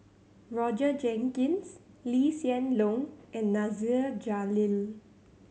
Roger Jenkins Lee Hsien Loong and Nasir Jalil